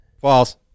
False